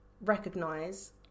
recognize